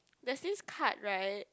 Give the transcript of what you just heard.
there's this card right